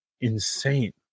insane